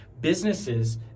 Businesses